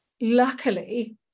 luckily